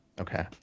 Okay